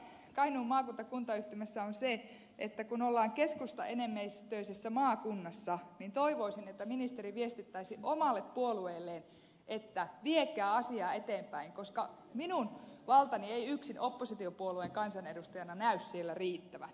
surullista kainuun maakunta kuntayhtymässä on se että kun ollaan keskustaenemmistöisessä maakunnassa niin toivoisin että ministeri viestittäisi omalle puolueelleen että viekää asiaa eteenpäin koska minun valtani ei yksin oppositiopuolueen kansanedustajana näy siellä riittävän